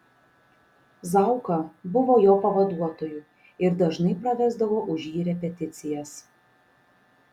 zauka buvo jo pavaduotoju ir dažnai pravesdavo už jį repeticijas